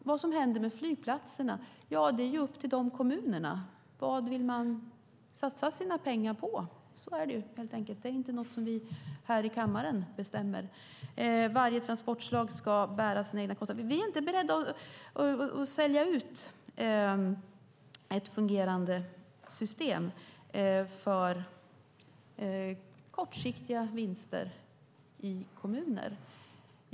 Vad händer med flygplatserna? Det är upp till kommunerna. Vad vill de satsa sina pengar på? Så är det, helt enkelt. Det är inte något som vi bestämmer här i kammaren. Varje transportslag ska bära sina egna kostnader. Vi är inte beredda att sälja ut ett fungerande system för kortsiktiga vinster i kommuner.